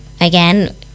again